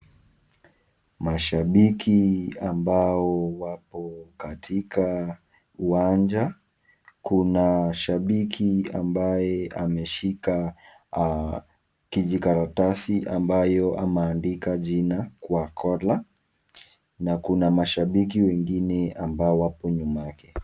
Mashabiki ambao wako katika uwanja. Kuna shabiki ambaye ameshika kijikaratasi ambayo ameandika jina cocacola na kuna mashabiki wengine ambao wapo nyuma yake.